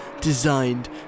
designed